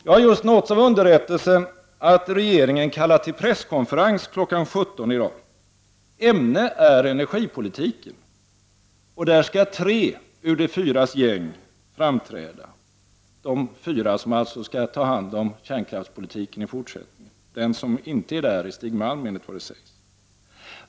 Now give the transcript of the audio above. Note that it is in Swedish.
Jag har just nåtts av underrättelsen att regeringen kallar till presskonferens i dag kl. 17.00. Ämnet är energipolitiken. Under denna presskonferens skall tre ur de fyras gäng framträda — alltså de fyra som i fortsättningen skall ta hand om kärnkraftspolitiken. En som inte är med är Stig Malm, enligt vad som sägs.